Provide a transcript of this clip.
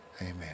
Amen